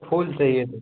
फूल चाहिए थे